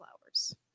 flowers